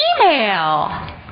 Email